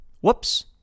Whoops